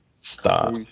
Stop